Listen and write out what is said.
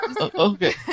Okay